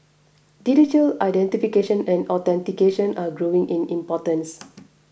digital identification and authentication are growing in importance